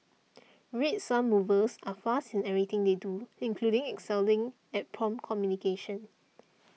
Red Sun Movers are fast in everything they do including excelling at prompt communication